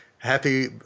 Happy